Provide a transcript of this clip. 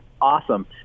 awesome